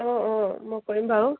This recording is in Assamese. অঁ অঁ মই কৰিম বাৰু